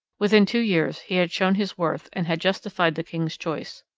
within two years he had shown his worth and had justified the king's choice.